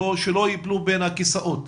שלא יפלו בין הכיסאות,